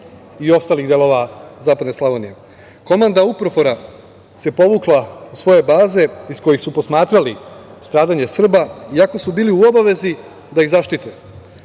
i ostalih delova zapadne Slavonije. Komanda UNPROFOR-a se povukla u svoje baze iz kojih su posmatrali stradanje Srba, iako su bili u obavezi da ih zaštite. Duge